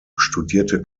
studierte